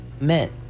meant